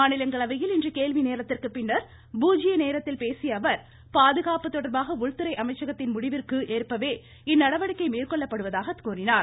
மாநிலங்களவையில் இன்று கேள்விநேரத்திற்கு பின்னர் பூஜ்ய நேரத்தில் பேசிய அவர் பாதுகாப்பு தொடர்பாக உள்துறை அமைச்சகத்தின் முடிவிற்கு ஏற்பவே இந்நடவடிக்கை மேற்கொள்ளப்பட்டதாக தெரிவித்தார்